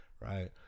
right